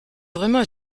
vraiment